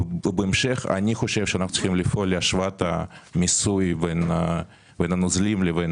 בהמשך להשוות את המיסוי בין הנוזלים לבין